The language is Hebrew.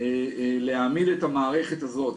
להעמיד את המערכת הזאת